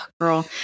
Girl